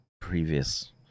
previous